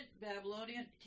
Babylonian